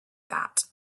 that